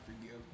forgive